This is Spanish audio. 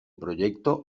proyecto